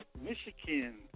Michigan